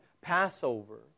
Passover